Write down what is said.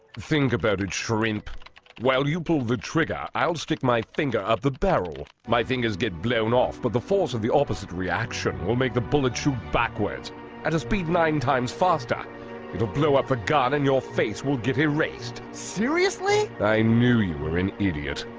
think about it shrimp while you pull the trigger i'll stick my finger up the barrel my fingers get blown off but the force of the opposite reaction will make the bullet shoot backwards at a speed nine times faster it'll blow up for god and your face will get erased seriously, i knew you were an idiot.